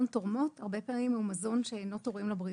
תורמות הרבה פעמים הוא מזון שאינו תורם לבריאות.